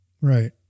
Right